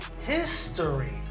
history